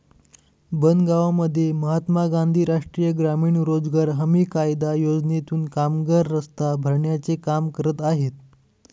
बनगावमध्ये महात्मा गांधी राष्ट्रीय ग्रामीण रोजगार हमी कायदा योजनेतून कामगार रस्ता भरण्याचे काम करत आहेत